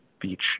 beach